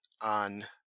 on